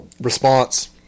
response